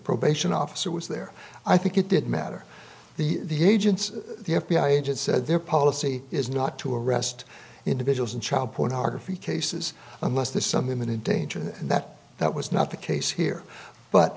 probation officer was there i think it did matter the agents the f b i agent said their policy is not to arrest individuals in child pornography cases unless there's some imminent danger that that was not the case here but